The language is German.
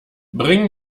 bring